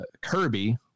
Kirby